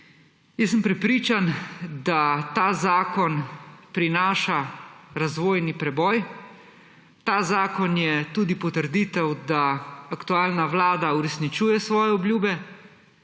Prepričan sem, da ta zakon prinaša razvojni preboj. Ta zakon je tudi potrditev, da aktualna vlada uresničuje svoje obljube,